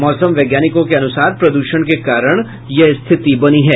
मौसम वैज्ञानिकों के अनुसार प्रदूषण के कारण यह स्थिति बनी है